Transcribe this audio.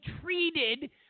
treated